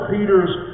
Peter's